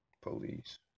Police